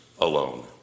alone